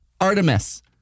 Artemis